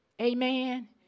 Amen